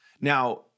Now